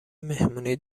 مهمونی